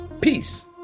Peace